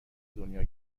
دنیا